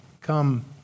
come